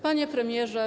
Panie Premierze!